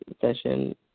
session